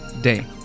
day